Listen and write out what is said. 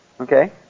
okay